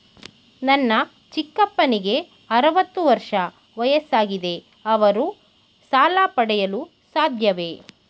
ನನ್ನ ಚಿಕ್ಕಪ್ಪನಿಗೆ ಅರವತ್ತು ವರ್ಷ ವಯಸ್ಸಾಗಿದೆ ಅವರು ಸಾಲ ಪಡೆಯಲು ಸಾಧ್ಯವೇ?